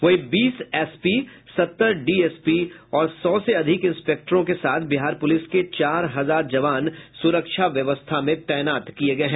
वहीं बीस एसपी सत्तर डीएसपी और सौ से अधिक इंस्पेक्टरों के साथ बिहार पुलिस के चार हजार जवान सुरक्षा व्यवस्था में तैनात किये गये हैं